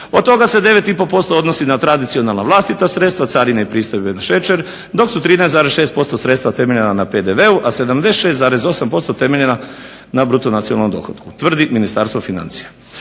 Od toga se 9,5% odnosi na tradicionalna vlastita sredstva, carine i pristojbe na šećer, dok su 13,6% sredstva temeljena na PDV-u, a 76,8% temeljena na BDP-u tvrdi Ministarstvo financija.